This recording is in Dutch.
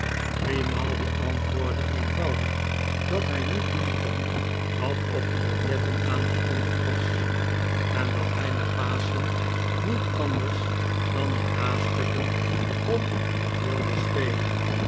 grimaldi antwoordde eenvoudig dat hij niet doen kon wat op de biljetten aangekondigd was en dat hij na paschen niet anders dan in nastukken kon of wilde spelen